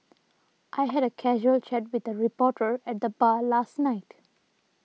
I had a casual chat with a reporter at the bar last night